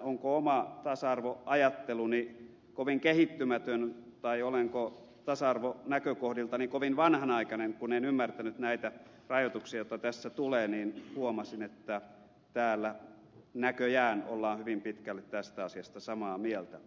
onko oma tasa arvoajatteluni kovin kehittymätön tai olenko tasa arvonäkökohdiltani kovin vanhanaikainen kun en ymmärtänyt näitä rajoituksia joita tässä tulee niin huomasin että täällä näköjään ollaan hyvin pitkälle tästä asiasta samaa mieltä